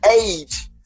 age